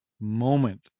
moment